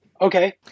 Okay